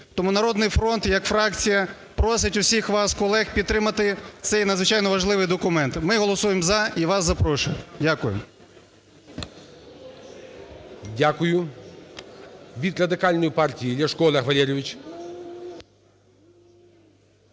Тому "Народний фронт" як фракція просить усіх вас колег підтримати цей надзвичайно важливий документ. Ми голосуємо "за" і вас запрошуємо. Дякую. ГОЛОВУЮЧИЙ. Дякую. Від Радикальної партії Ляшко Олег Валерійович.